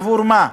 עבור מה?